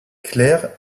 clair